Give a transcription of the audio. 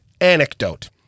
anecdote